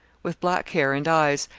with black hair and eyes,